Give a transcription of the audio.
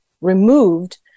removed